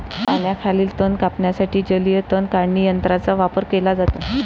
पाण्याखालील तण कापण्यासाठी जलीय तण काढणी यंत्राचा वापर केला जातो